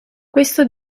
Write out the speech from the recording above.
questo